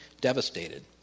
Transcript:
devastated